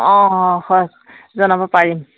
অঁ হয় জনাব পাৰিম